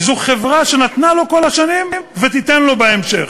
וזו חברה שנתנה לו כל השנים ותיתן לו בהמשך.